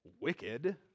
wicked